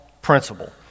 principle